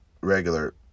regular